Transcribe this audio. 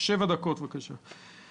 שבע דקות, בבקשה.